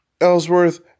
Ellsworth